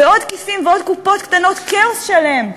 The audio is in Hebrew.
ועוד כיסים ועוד קופות קטנות, כאוס שלם.